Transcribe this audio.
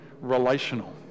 relational